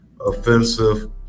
offensive